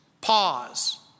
pause